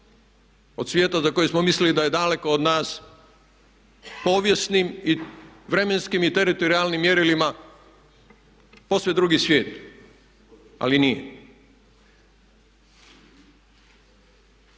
Od svijeta za koji smo mislili da je daleko od nas povijesnim i vremenskim i teritorijalnim mjerilima posve drugi svijet. Ali nije.